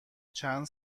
چند